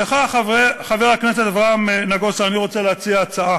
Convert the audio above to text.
לך, חבר הכנסת אברהם נגוסה, אני רוצה להציע הצעה